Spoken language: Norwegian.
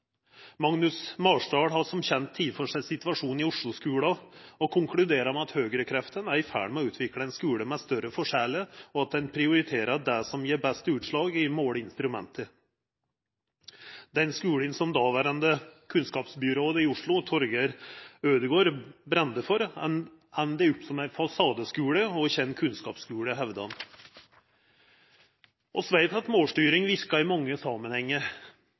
Magnus Marsdal har som kjent teke for seg situasjonen i Osloskulen og konkluderer med at høgrekreftene er i ferd med å utvikla ein skule med større forskjellar, og at ein prioriterer det som gjev best utslag i måleinstrumentet. Den skulen som dåverande kunnskapsbyråd i Oslo, Torger Ødegaard, brende for, enda opp som ein fasadeskule og ikkje ein kunnskapsskule, hevdar han. Vi veit at målstyring verkar i mange samanhengar,